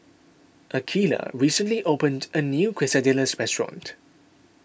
Akeelah recently opened a new Quesadillas restaurant